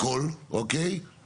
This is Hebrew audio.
אבל